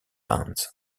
funds